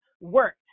work